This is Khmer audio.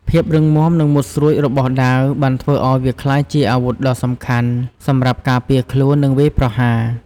ភាពរឹងមាំ និងមុតស្រួចរបស់ដាវបានធ្វើឱ្យវាក្លាយជាអាវុធដ៏សំខាន់សម្រាប់ការពារខ្លួន និងវាយប្រហារ។